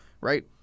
right